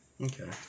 okay